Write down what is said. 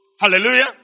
Hallelujah